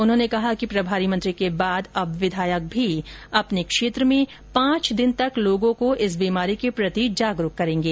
उन्होंने कहा कि प्रभारी मंत्री के बाद अब विधायक भी अपने क्षेत्र में पांच दिन तक लोगों को इस बीमारी के प्रति जागरूक करेंगे